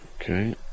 Okay